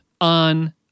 on